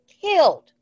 killed